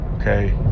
okay